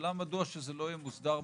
השאלה מדוע שזה לא יהיה מוסדר בחוק.